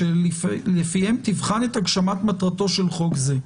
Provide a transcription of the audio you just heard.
שלפיהם תבחן את הגשמת מטרתו של חוק זה".